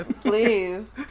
Please